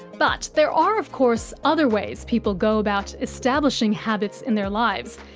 but there are, of course, other ways people go about establishing habits in their lives.